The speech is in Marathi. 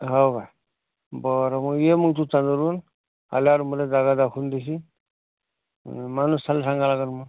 हो का बरं मग ये मग तू चांदूरवरून आल्यावर मला जागा दाखवून देशील माणूस त्याला सांगायला लागेल मग